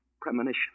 premonition